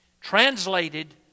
Translated